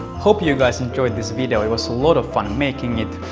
hope you guys enjoyed this video, it was a lot of fun making it.